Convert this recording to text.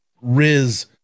Riz